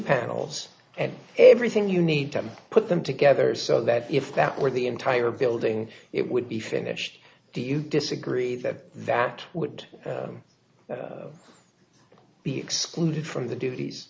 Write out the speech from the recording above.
panels and everything you need to put them together so that if that were the entire building it would be finished do you disagree that that would be excluded from the duties